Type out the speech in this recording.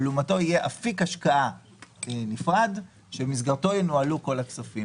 ויהיה אפיק נפרד שבמסגרתו ינוהלו כל הכספים